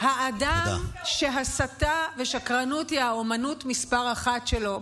האדם שהסתה ושקרנות הן האומנות מספר אחת שלו,